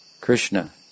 Krishna